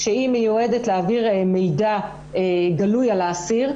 שמיועדת להעביר מידע גלוי על האסיר,